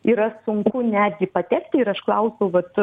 yra sunku netgi patekti ir aš klausiau vat